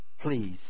Please